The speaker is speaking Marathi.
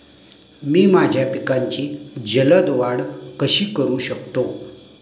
मी माझ्या पिकांची जलद वाढ कशी करू शकतो?